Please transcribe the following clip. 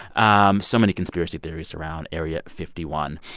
um so many conspiracy theories around area fifty one,